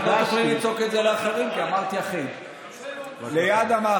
אני אוציא אותך ואחזיר אותך רק כשיגיע זמנך,